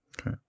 Okay